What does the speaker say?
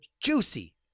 juicy